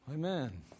Amen